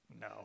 No